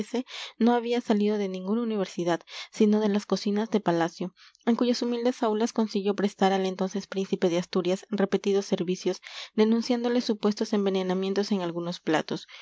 no había salido de ninguna universidad sino de las cocinas de palacio en cuyas humildes aulas consiguió prestar al entonces príncipe de asturias repetidos servicios denunciándole supuestos envenenamientos en algunos platos